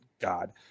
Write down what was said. God